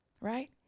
right